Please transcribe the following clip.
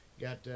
Got